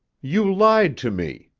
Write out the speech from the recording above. you lied to me,